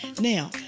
Now